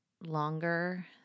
longer